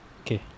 Okay